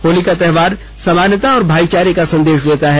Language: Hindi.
होली का त्योहार समानता और भाई चारे का संदेश देता है